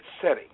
setting